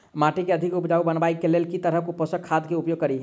माटि केँ अधिक उपजाउ बनाबय केँ लेल केँ तरहक पोसक खाद केँ उपयोग करि?